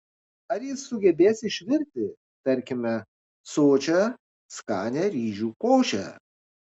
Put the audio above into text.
ar jis sugebės išvirti tarkime sočią skanią ryžių košę